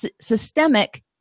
systemic